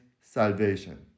salvation